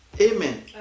Amen